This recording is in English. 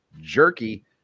jerky